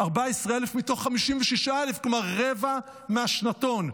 14,000 מתוך 56,000, כלומר, רבע מהשנתון.